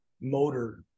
motor